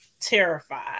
terrified